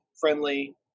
friendly